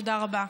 תודה רבה.